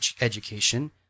education